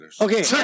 Okay